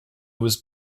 was